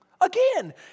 again